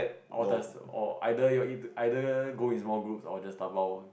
all does or either your all either go in small groups or just dabao one